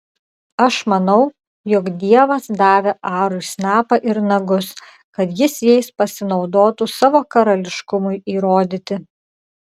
aš manau jog dievas davė arui snapą ir nagus kad jis jais pasinaudotų savo karališkumui įrodyti